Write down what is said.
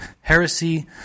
heresy